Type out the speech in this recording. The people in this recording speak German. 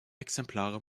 exemplare